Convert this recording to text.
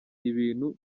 ibintu